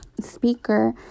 speaker